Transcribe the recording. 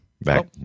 Back